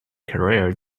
career